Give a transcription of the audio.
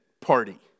party